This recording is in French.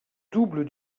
double